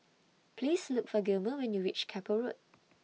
Please Look For Gilmer when YOU REACH Keppel Road